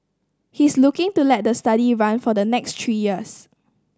he is looking to let the study run for the next three years